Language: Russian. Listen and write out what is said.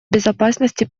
безопасности